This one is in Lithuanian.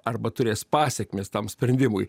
arba turės pasekmes tam sprendimui